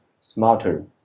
smarter